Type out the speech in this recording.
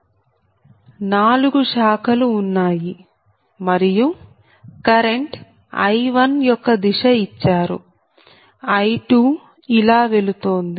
1234 4 శాఖలు ఉన్నాయి మరియు కరెంట్ I1 యొక్క దిశ ఇచ్చారు I2 ఇలా వెళుతోంది